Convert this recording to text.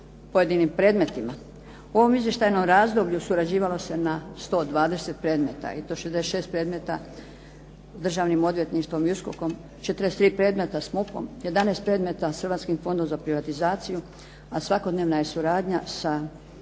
U ovom izvještajnom razdoblju surađivalo se na 120 predmeta i to 66 predmeta državnim odvjetništvom i USKOK-om, 43 predmeta s MUP-om, 11 predmeta s Hrvatskim fondom za privatizaciju, a svakodnevna je suradnja sa